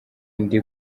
ndi